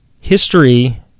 History